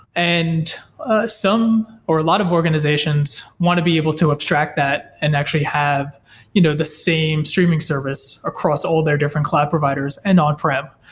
and ah some, or a lot of organizations want to be able to abstract that and actually have you know the same streaming service across all their different cloud providers and on-prem.